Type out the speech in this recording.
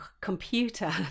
computer